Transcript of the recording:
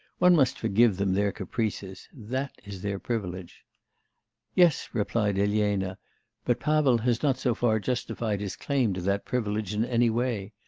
one must forgive them their caprices. that is their privilege yes, replied elena but pavel has not so far justified his claim to that privilege in any way.